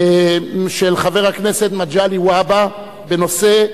של חבר הכנסת מגלי והבה בנושא: